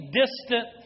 distant